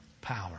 power